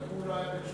רק אם הוא לא היה בן,